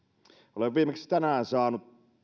olen viimeksi tänään saanut